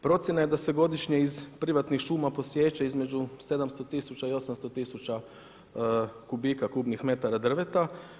Procjena je da se godišnje iz privatnih šuma posiječe između 700 000 i 800 000 kubika kubnih metara drveta.